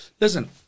listen